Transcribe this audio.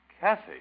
Kathy